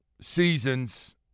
seasons